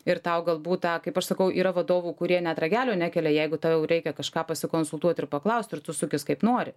ir tau galbūt tą kaip aš sakau yra vadovų kurie net ragelio nekelia jeigu tau reikia kažką pasikonsultuot ir paklaust ir tu sukis kaip nori